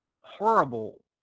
horrible